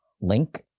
link